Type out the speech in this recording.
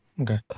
Okay